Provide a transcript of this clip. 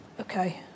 Okay